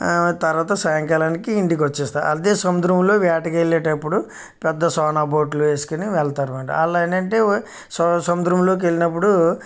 తర్వాత సాయంకాలానికి ఇంటికొచ్చేస్తారు అదే సముద్రంలో వేటకెళ్ళేటప్పుడు పెద్ద సోనా బూట్లు వేసుకొని వెళ్తారు అన్నమాట వాళ్ళు ఏంటంటే సము సముద్రంలోకి వెళ్ళినప్పుడు